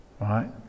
right